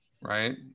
Right